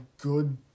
good